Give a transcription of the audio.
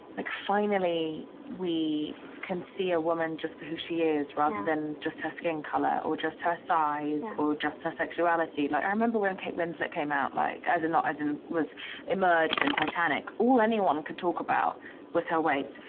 like, finally, we can see a woman just for who she is rather than just her skin color or just her size or just her sexuality. like i remember when kate winslet came out like as a not as an was emerged in titanic. all anyone could talk about was her weight.